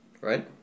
Right